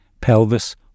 pelvis